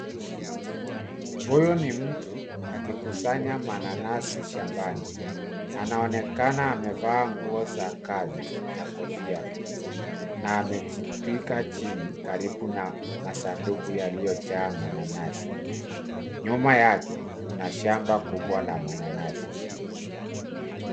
Huyu ni mtu akikusanya mananasi shambani, anaonekana amevaa nguo za kazi na kofia. Na amejitwika chini karibu na masanduku yaliyojaa mananasi. Nyuma yake kuna shamba kubwa la mananasi.